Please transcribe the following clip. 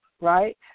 right